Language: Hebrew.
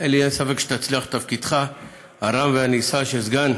אין לי ספק שתצליח בתפקידך הרם והנישא של סגן